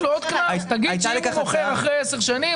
תגיד שאם הוא מוכר אחרי עשר שנים,